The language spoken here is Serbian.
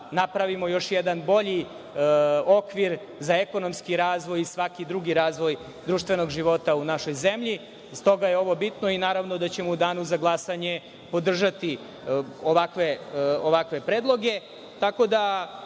napravimo još jedan bolji okvir za ekonomski razvoj i svaki drugi razvoj društvenog života u našoj zemlji. Zato je ovo bitno i naravno da ćemo u danu za glasanje podržati ovakve predloge. Preostaje